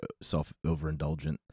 self-overindulgent